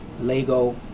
Lego